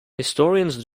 historians